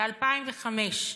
ב-2005,